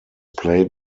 played